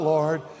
Lord